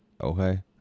okay